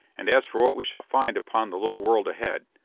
and as for what we shall find upon the little world ahead,